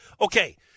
okay